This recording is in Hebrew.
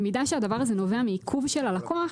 במידה שהדבר הזה נובע מעיכוב של הלקוח,